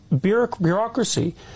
bureaucracy